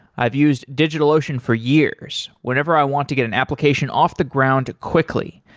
i've used digitalocean for years, whenever i want to get an application off the ground quickly.